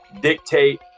dictate